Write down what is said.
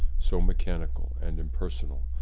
so mechanical and imper sonal,